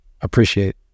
appreciate